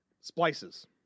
Splices